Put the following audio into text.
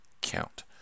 count